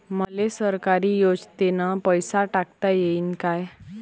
मले सरकारी योजतेन पैसा टाकता येईन काय?